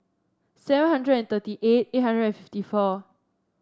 seven hundred and thirty eight eight hundred and fifty four